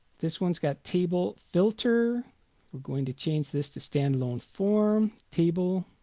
this one's got table filter going to change this to stand alone form table